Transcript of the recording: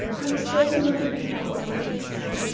i must go to london at once, she said.